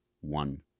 one